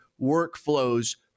workflows